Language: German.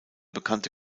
bekannte